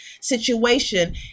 situation